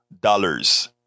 Dollars